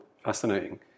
Fascinating